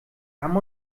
haben